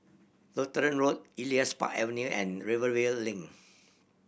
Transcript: Lutheran Road Elias Park Avenue and Rivervale Link